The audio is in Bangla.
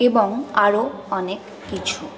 এবং আরও অনেক কিছু